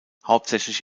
hauptsächlich